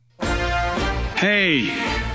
Hey